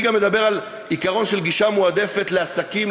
אני גם מדבר על עיקרון של גישה מועדפת לעסקים,